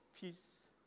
peace